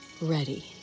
ready